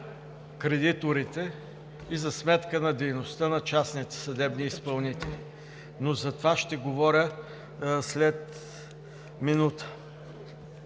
кредиторите и за сметка на дейността на частните съдебни изпълнители. Но за това ще говоря след минута.